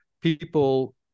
people